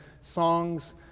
Songs